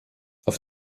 auf